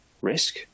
risk